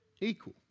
equal